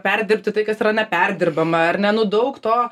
perdirbti tai kas yra neperdirbama ar ne nu daug to